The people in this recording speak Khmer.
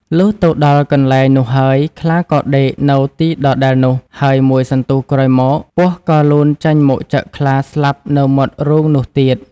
លុះទៅដល់កន្លែងនោះហើយ ខ្លាក៏ដេកនៅទីដដែលនោះ ហើយមួយសន្ទុះក្រោយមកពស់ ក៏លូនចេញមកចឹកខ្លាស្លាប់នៅមាត់រូងនោះទៀត។